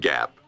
Gap